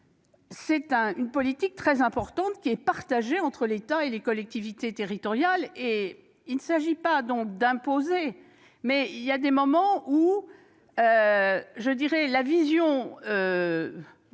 C'est une politique très importante, partagée entre l'État et les collectivités territoriales. Il ne s'agit pas d'imposer, mais il arrive un moment où c'est